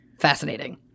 fascinating